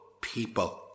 people